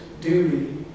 duty